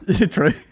True